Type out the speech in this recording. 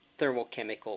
thermochemical